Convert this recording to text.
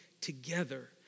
together